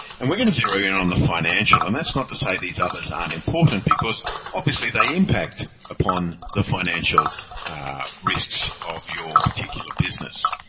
and we're going to zero in on the financial. and that's not to say these others aren't important because obviously they impact upon the financial risks of your particular business.